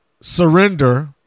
surrender